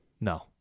No